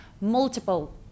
multiple